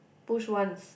push once